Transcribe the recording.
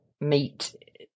meet